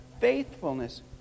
Faithfulness